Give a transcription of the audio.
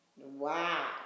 Wow